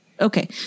Okay